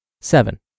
Seven